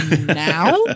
now